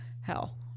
Hell